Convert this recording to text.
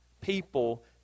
people